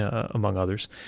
ah among others,